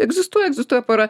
egzistuoja egzistuoja pora